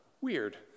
weird